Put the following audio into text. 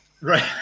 Right